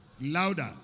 Louder